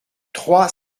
trois